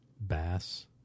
bass